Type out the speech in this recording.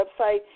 website